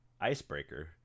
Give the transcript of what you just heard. icebreaker